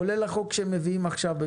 כולל הצעת החוק שמביאים עכשיו על